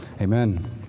Amen